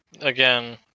again